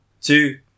two